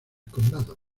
condado